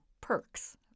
perks